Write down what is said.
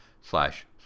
slash